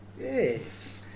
yes